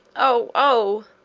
oh!